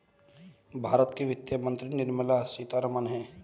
भारत की वित्त मंत्री निर्मला सीतारमण है